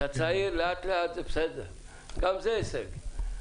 גם זה הישג.